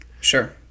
Sure